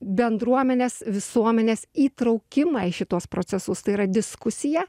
bendruomenės visuomenės įtraukimą į šituos procesus tai yra diskusiją